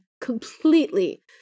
completely